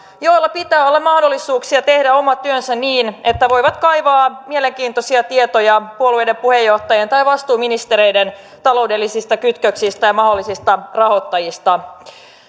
joilla pitää olla mahdollisuuksia tehdä oma työnsä niin että voivat kaivaa mielenkiintoisia tietoja puolueiden puheenjohtajien tai vastuuministereiden taloudellisista kytköksistä ja mahdollisista rahoittajista